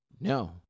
no